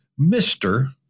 Mr